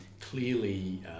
clearly